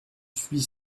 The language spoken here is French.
suis